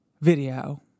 video